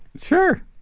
Sure